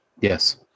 Yes